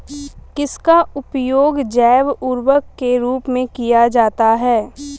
किसका उपयोग जैव उर्वरक के रूप में किया जाता है?